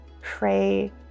pray